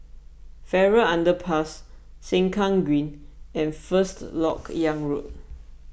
Farrer Underpass Sengkang Green and First Lok Yang Road